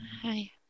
hi